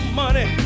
money